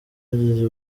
bagize